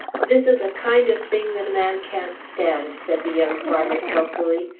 this is a kind of thing that man can't stand, said the young farmer sulkily.